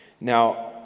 Now